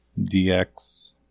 DX